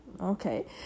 Okay